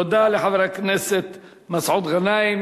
תודה לחבר הכנסת מסעוד גנאים.